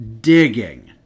digging